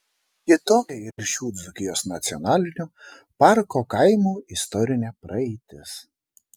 kitokia ir šių dzūkijos nacionalinio parko kaimų istorinė praeitis